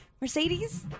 mercedes